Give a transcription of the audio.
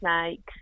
snakes